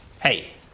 hey